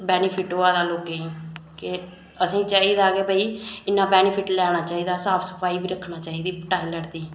benefit होआ दा लोकें गी के असेंगी चाहिदा के भाई इन्ना बैनिफिट लैना चाहिदा साफ सफाई बी रक्खनी चाहिदी दी टायलट दी